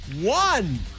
One